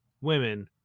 women